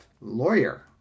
lawyer